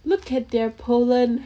look at their pollen